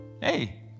Hey